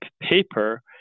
paper